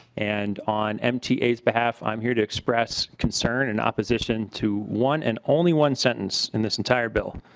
and on mta's behalf am here to express concern in opposition to one and only one sentence in this entire bill.